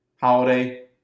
holiday